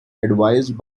advised